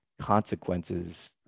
consequences